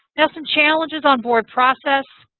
now some challenges on board process.